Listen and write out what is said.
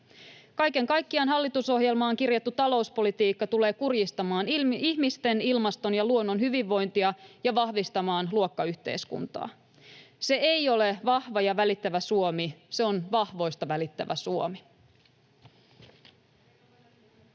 Kaiken kaikkiaan hallitusohjelmaan kirjattu talouspolitiikka tulee kurjistamaan ihmisten, ilmaston ja luonnon hyvinvointia ja vahvistamaan luokkayhteiskuntaa. Se ei ole vahva ja välittävä Suomi, se on vahvoista välittävä Suomi.